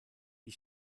die